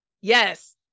yes